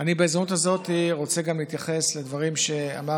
בהזדמנות הזאת רוצה גם להתייחס לדברים שאמר